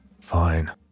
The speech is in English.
Fine